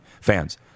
fans